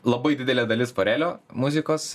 labai didelė dalis forelio muzikos